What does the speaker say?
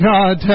God